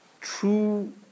true